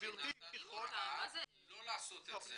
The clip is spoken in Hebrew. המשפטי נתן הוראה לא לעשות את זה.